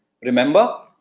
remember